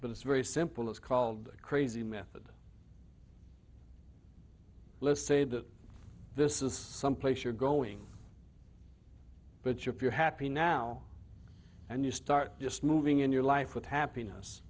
but it's very simple it's called a crazy method let's say that this is someplace you're going but you if you're happy now and you start just moving in your life with happiness